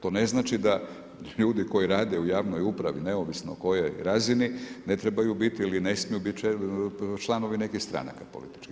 To ne znači da ljudi koji rade u javnoj upravi neovisno o kojoj razini ne trebaju biti ili ne smiju biti članovi nekih stranaka političkih.